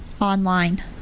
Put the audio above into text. online